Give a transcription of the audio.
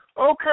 Okay